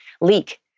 leak